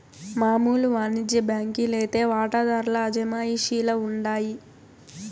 మామూలు వానిజ్య బాంకీ లైతే వాటాదార్ల అజమాయిషీల ఉండాయి